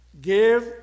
give